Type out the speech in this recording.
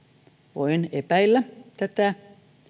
voin epäillä tätä